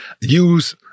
use